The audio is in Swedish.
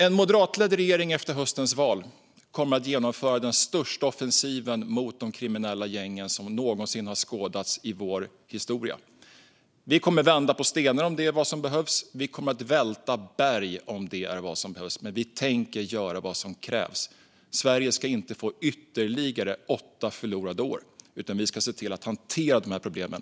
En moderatledd regering efter höstens val kommer att genomföra den största offensiv mot de kriminella gängen som någonsin har skådats i vår historia. Vi kommer att vända på stenar om det är vad som behövs, och vi kommer att välta berg om det är vad som behövs. Men vi tänker göra vad som krävs. Sverige ska inte få ytterligare åtta förlorade år, utan vi ska se till att hantera problemen.